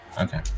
Okay